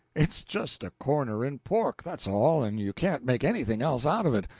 it's just a corner in pork, that's all, and you can't make anything else out of it.